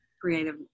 creative